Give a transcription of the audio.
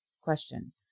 Question